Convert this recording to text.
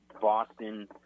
boston